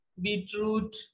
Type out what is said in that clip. beetroot